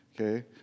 Okay